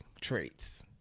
traits